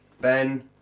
Ben